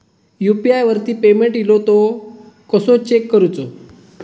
UPI वरती payment इलो तो कसो चेक करुचो?